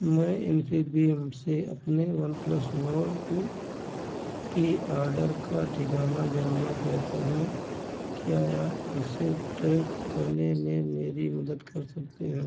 मैं इन्फीबीम से अपने वनप्लस नोर्ड टू की ऑर्डर का ठिकाना जानना चाहता हूँ क्या आप इसे ट्रैक करने में मेरी मदद कर सकते हैं